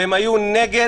והם היו נגד.